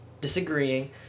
disagreeing